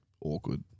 awkward